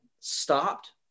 stopped